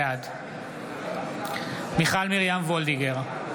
בעד מיכל מרים וולדיגר,